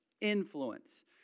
influence